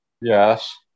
yes